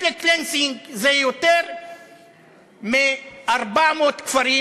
ethnic cleansing זה יותר מ-400 כפרים